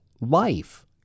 life